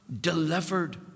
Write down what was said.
delivered